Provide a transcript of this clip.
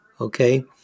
okay